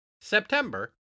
September